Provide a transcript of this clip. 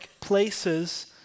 places